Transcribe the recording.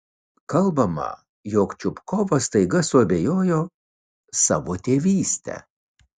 kalbama jog čupkovas staiga suabejojo savo tėvyste